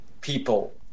people